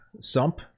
sump